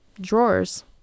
drawers